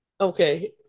Okay